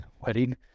wedding